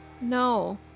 No